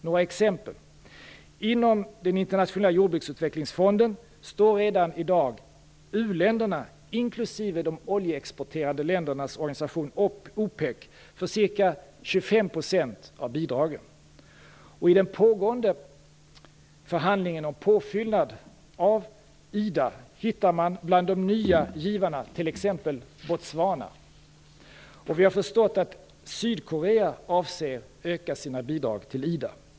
Några exempel: Inom Internationella jordbruksutvecklingsfonden står redan i dag u-länderna inklusive de oljeexporterande ländernas organisation, OPEC, för ca 25 % av bidragen. I den pågående förhandlingen om påfyllnad av IDA hittar man bland de nya givarna t.ex. Botswana. Vi har förstått att Sydkorea avser att öka sina bidrag till IDA.